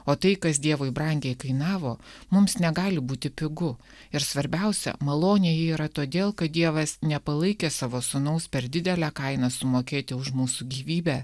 o tai kas dievui brangiai kainavo mums negali būti pigu ir svarbiausia malonė yra todėl kad dievas nepalaikė savo sūnaus per didelę kainą sumokėti už mūsų gyvybę